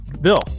Bill